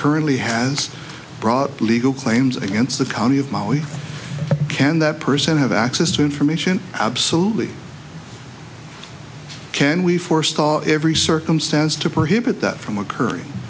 currently has brought legal claims against the county of maui can that person have access to information absolutely can we foresaw every circumstance to prohibit that from occurring